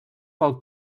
pel